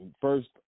first